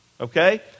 Okay